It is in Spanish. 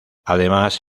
además